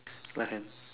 left hand